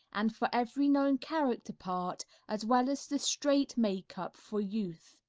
and for every known character part as well as the straight makeup for youth.